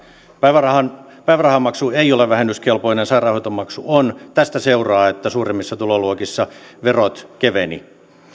päivärahamaksu päivärahamaksu ei ole vähennyskelpoinen sairaanhoitomaksu on tästä seuraa että suurimmissa tuloluokissa verot kevenivät